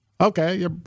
okay